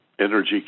energy